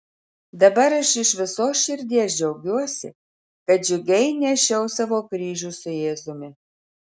dabar aš iš visos širdies džiaugiuosi kad džiugiai nešiau savo kryžių su jėzumi